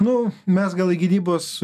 nu mes gal į gynybos